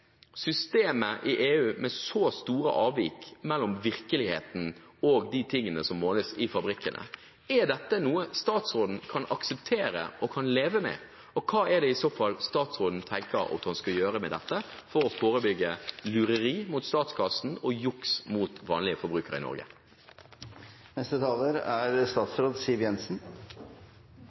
systemet i EU – med så store avvik mellom virkeligheten og de tingene som måles i fabrikkene – er dette noe statsråden kan akseptere og leve med? Og hva er det i så fall statsråden tenker at hun skal gjøre med dette for å forebygge lureri mot statskassen og juks mot vanlige forbrukere i Norge? Den siste tiden er